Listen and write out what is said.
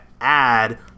add